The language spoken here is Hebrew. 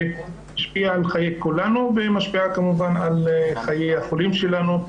שהשפיעה על חיי כולנו ומשפיעה כמובן על חיי החולים שלנו,